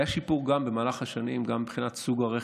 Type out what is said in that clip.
היה שיפור גם במהלך השנים, גם מבחינת סוג הרכב,